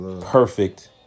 perfect